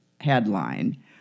headline